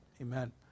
Amen